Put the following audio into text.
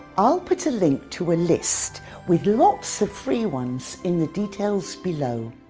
i'll put a link to a list with lots of free ones in the details below.